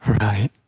Right